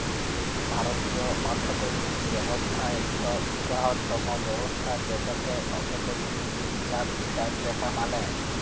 ভারতীয় অথ্থলিতি ব্যবস্থা ইকট বিরহত্তম ব্যবস্থা যেটতে অথ্থলিতির হিছাব লিকাস দ্যাখা ম্যালে